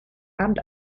abend